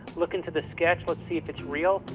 look into the sketch. let's see if it's real.